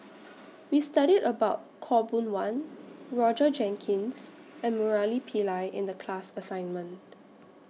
We studied about Khaw Boon Wan Roger Jenkins and Murali Pillai in The class assignment